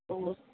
ஆமாம்